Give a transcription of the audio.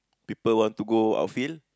people want to go outfield